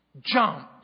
Jump